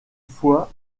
fois